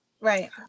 Right